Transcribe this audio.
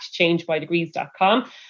changebydegrees.com